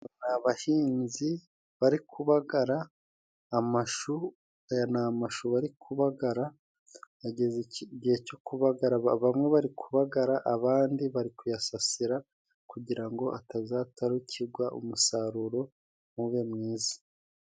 Abahinzi bari kubagara amashu. Aya ni amashu bari kubagara, hageze igihe cyo kubagara bamwe bari kubagara abandi bari kuyasasira kugira ngo atazatarukirwa umusaruro ntube mwiza.